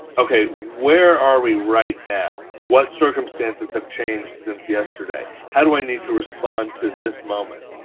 ok, where are we right now? what circumstances have changed since yesterday? how do i need to respond to this moment?